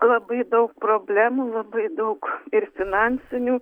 labai daug problemų labai daug ir finansinių